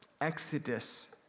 Exodus